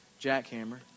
jackhammer